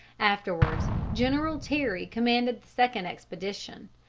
afterwards general terry commanded the second expedition,